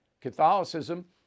Catholicism